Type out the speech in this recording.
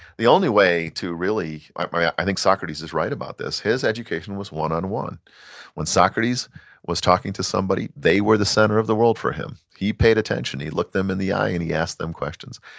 the only way to really, i think socrates is right about this. his education was one-on-one. when socrates was talking to somebody they were the center of the world for him. he paid attention. he looked them in the eye and he asked them questions,